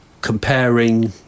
comparing